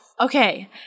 okay